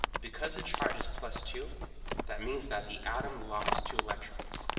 because the charge is plus two that means that the atom lost two electrons